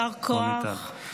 יישר כוח.